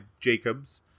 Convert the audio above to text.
Jacobs